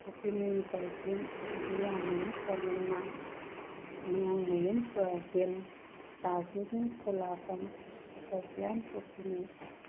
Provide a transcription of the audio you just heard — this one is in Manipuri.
ꯄꯨꯈ꯭ꯔꯤꯃꯌꯨꯝ ꯇꯥꯖꯤꯟ ꯕꯨꯌꯥꯃꯌꯨꯝ ꯁꯂꯤꯃꯥ ꯃꯌꯥꯡꯃꯌꯨꯝ ꯄ꯭ꯔꯕꯤꯟ ꯇꯥꯖꯨꯗꯤꯟ ꯈꯨꯜꯂꯥꯛꯄꯝ ꯁꯣꯐꯤꯌꯥꯟ ꯄꯨꯈ꯭ꯔꯤꯃꯌꯨꯝ